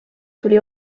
tuli